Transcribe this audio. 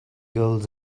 girls